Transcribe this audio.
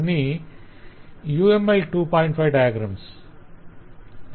5 diagrams